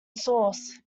source